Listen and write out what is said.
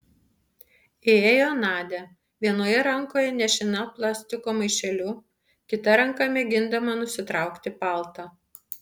įėjo nadia vienoje rankoje nešina plastiko maišeliu kita ranka mėgindama nusitraukti paltą